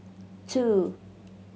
two